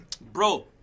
Bro